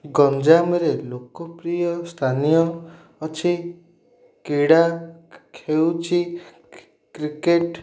ଗଞ୍ଜାମରେ ଲୋକପ୍ରିୟ ସ୍ଥାନୀୟ ଅଛି କ୍ରୀଡ଼ା ହେଉଛି କ୍ରିକେଟ